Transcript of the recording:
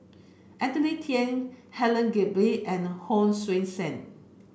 Anthony Then Helen Gilbey and Hon Sui Sen